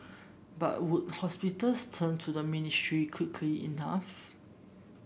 but would hospitals turn to the ministry quickly enough